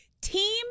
team